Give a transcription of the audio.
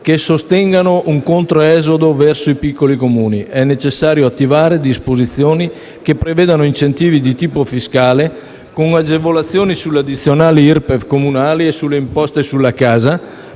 che sostengano un controesodo verso i piccoli Comuni. È necessario attivare disposizioni che prevedano incentivi di tipo fiscale con agevolazioni sulle addizionali Irpef comunali e sulle imposte sulla casa,